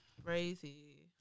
crazy